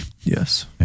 Yes